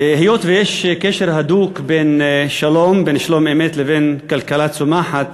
היות שיש קשר הדוק בין שלום-אמת לכלכלה צומחת,